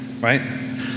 right